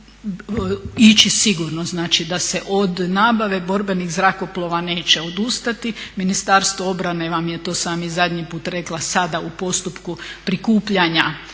ići sigurno da se od nabave borbenih zrakoplova neće odustati, Ministarstvo obrane vam je, to sam vam i zadnji puta rekla sada u postupku prikupljanja